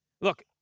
Look